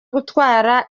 gutwara